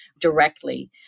directly